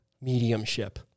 mediumship